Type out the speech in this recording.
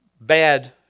bad